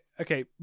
Okay